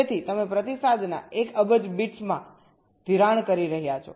તેથી તમે પ્રતિસાદના 1 અબજ બિટ્સમાં ધિરાણ કરી રહ્યા છો